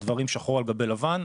דברים שחור על גבי לבן.